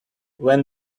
when